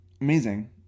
Amazing